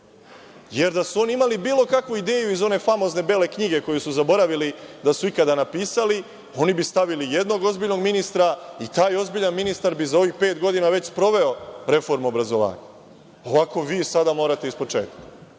Jer, da su oni imali bilo kakvu ideju iz one famozne bele knjige koju su zaboravili da su ikada napisali, oni bi stavili jednog ozbiljnog ministra i taj ozbiljan ministar bi za ovih pet godina već sproveo reformu obrazovanja. Ovako, vi sada morate iz početka.